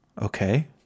Okay